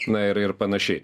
na ir ir panašiai